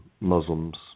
Muslims